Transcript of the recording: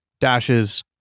dashes